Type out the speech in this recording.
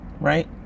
right